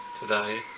today